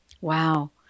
Wow